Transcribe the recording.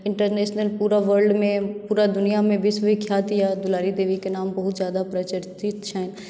international पुरा वर्ल्डमे पुरा दुनियाँमे विश्वविख्यात यऽ दुलारी देवीकेँ नाम ओ बहुत ज्यादा प्रचर्चित छनि